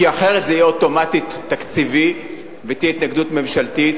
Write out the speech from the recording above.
כי אחרת זה יהיה אוטומטית תקציבי ותהיה התנגדות ממשלתית,